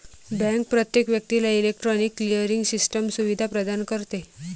bank प्रत्येक व्यक्तीला electronic clearing system सुविधा प्रदान करते